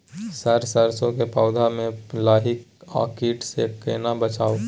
Sir सरसो के पौधा में लाही आ कीट स केना बचाऊ?